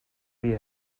wie